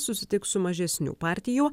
susitiks su mažesnių partijų